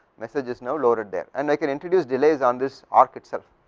messages now low read there and i can introduce delays on this arc itself,